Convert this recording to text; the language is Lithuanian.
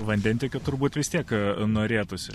vandentiekio turbūt vis tiek norėtųsi